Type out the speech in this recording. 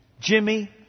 Jimmy